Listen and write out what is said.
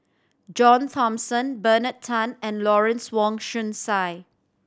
John Thomson Bernard Tan and Lawrence Wong Shyun Tsai